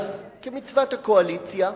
אז כמצוות הקואליציה,